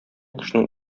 кешенең